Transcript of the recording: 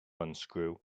unscrew